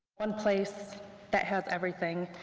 one place that has everything,